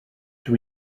rydw